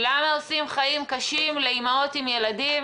למה עושים חיים קשים לאימהות עם ילדים